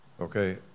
okay